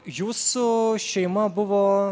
jūsų šeima buvo